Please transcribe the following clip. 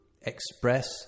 express